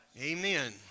Amen